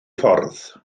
ffordd